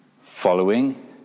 following